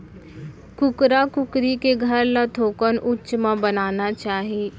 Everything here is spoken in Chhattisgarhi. कुकरा कुकरी के घर ल थोकन उच्च म बनाना चाही